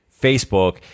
Facebook